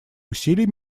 усилий